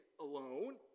alone